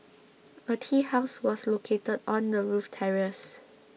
a tea house was located on the roof terrace